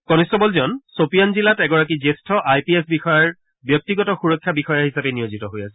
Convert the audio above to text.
কনিষ্টবলজন ছপিয়ান জিলাত এগৰাকী জ্যেষ্ঠ আই পি এছ বিষয়াৰ ব্যক্তিগত সুৰক্ষা বিষয়া হিচাপে নিয়োজিত হৈ আছিল